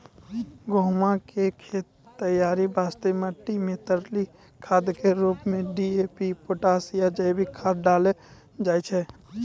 गहूम के खेत तैयारी वास्ते मिट्टी मे तरली खाद के रूप मे डी.ए.पी पोटास या जैविक खाद डालल जाय छै